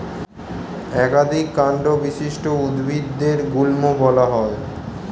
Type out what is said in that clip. একাধিক কান্ড বিশিষ্ট উদ্ভিদদের গুল্ম বলা হয়